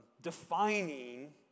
defining